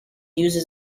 used